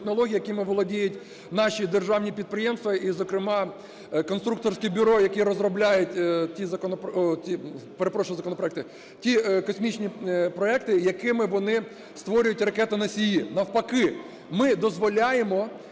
якими володіють наші державні підприємства, і, зокрема, конструкторські бюро, які розробляють ті космічні проекти, якими вони створюють ракетоносії. Навпаки, ми дозволяємо